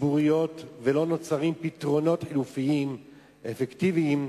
ציבוריות ולא נוצרים פתרונות חלופיים אפקטיביים,